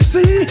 See